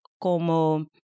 como